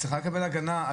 היא צריכה לקבל הגנה.